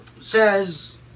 says